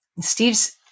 Steve's